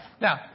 Now